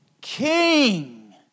King